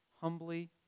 humbly